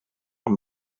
een